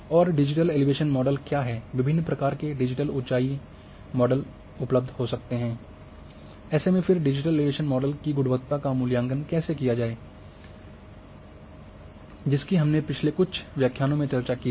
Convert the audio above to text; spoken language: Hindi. और डिजिटल एलिवेशन मॉडल क्या हैं विभिन्न प्रकार के डिजिटल एलिवेशन मॉडल उपलब्ध हो सकते हैं ऐसे में फिर डिजिटल एलिवेशन मॉडल की गुणवत्ता का मूल्यांकन कैसे किया जाए जिसकी हमने पिछले कुछ व्याख्यानों में चर्चा की है